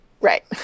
Right